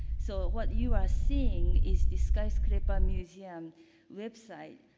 so, what you are seeing is the skyscraper museum website.